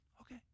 Okay